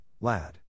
LAD